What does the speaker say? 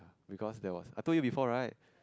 because there was I told you before right